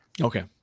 Okay